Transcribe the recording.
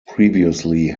previously